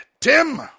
tim